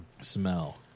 smell